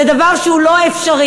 זה דבר שהוא לא אפשרי.